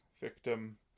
victim